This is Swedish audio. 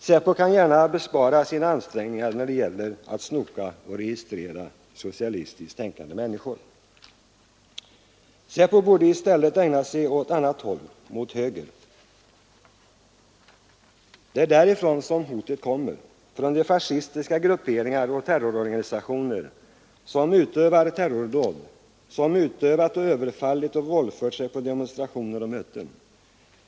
SÄPO kan bespara sig sina ansträngningar när det gäller att snoka efter och registrera socialistiskt tänkande människor. SÄPO borde i stället rikta sig åt annat håll — mot höger. Det är därifrån hotet kommer, från de fascistiska grupperingar och terrororganisationer som utövar terrordåd, som överfallit och våldfört sig på demonstranter och mötesdeltagare.